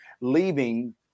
leaving